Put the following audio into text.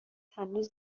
هنوز